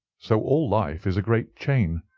so all life is a great chain,